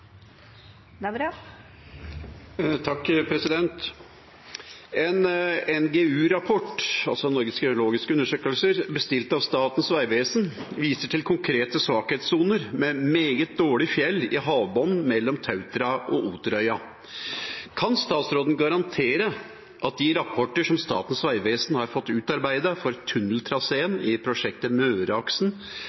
konkrete svakhetssoner med meget dårlig fjell i havbunnen mellom Tautra og Otrøya. Kan statsråden garantere at de rapporter som Statens vegvesen har fått utarbeidet for tunneltraseen i prosjektet Møreaksen,